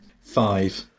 five